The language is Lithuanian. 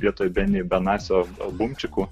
vietoj beni benasio bumčikų